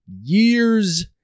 years